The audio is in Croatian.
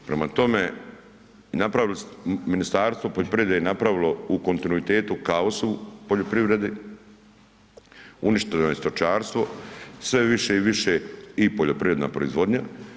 Prema tome, napravili, Ministarstvo poljoprivrede je napravio u kontinuitetu kaos u poljoprivredi, uništeno je stočarstvo, sve više i više i poljoprivredna proizvodnja.